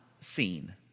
seen